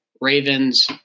Ravens